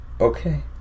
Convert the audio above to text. Okay